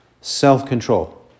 self-control